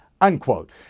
unquote